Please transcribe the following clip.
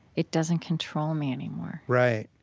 it doesn't control me anymore. right.